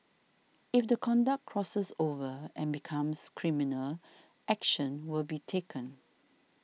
if the conduct crosses over and becomes criminal action will be taken